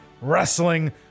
wrestling